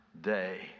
day